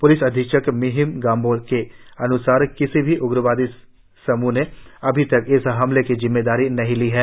police अधीक्षक मिहिन गांबो के अन्सार किसी भी उग्रवादी समूह ने अभी तक इस हमले की जिम्मेदारी नहीं ली है